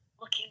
looking